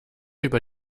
über